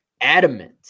adamant